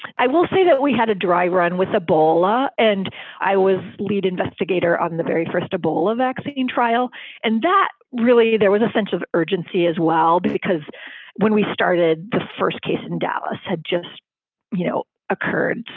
i will say that we had a dry run with ebola and i was lead investigator on the very first ebola vaccine trial and that really there was a sense of urgency as well, because when we started, the first case in dallas had just you know occurred.